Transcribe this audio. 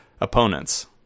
opponents